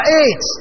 eight